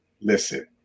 Listen